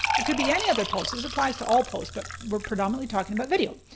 it could be any other post, this applies to all posts. but we're predominantly talking about video.